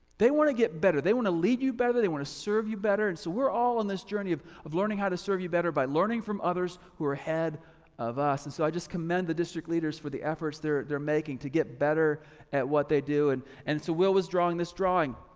they wanna get better, they wanna lead you better, they wanna serve you better and so we're all on this journey of of learning how to serve you better by learning from others who are ahead of us. and so i just commend the district leaders for the efforts they're they're making to get better at what they do and and so will was drawing this drawing.